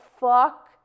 fuck